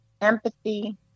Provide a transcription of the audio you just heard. empathy